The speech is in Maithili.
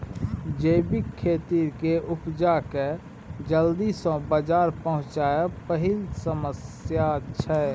जैबिक खेती केर उपजा केँ जल्दी सँ बजार पहुँचाएब पहिल समस्या छै